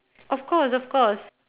of course of course